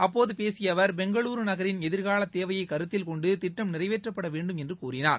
அப்போது பேசிய அவர் பெங்களூரு நகரின் எதிர்கால தேவையை கருத்தில் கொண்டு திட்டம் நிறைவேற்றப்பட வேண்டும் என்று கூறினார்